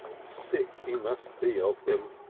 sick he must be of them!